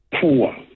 poor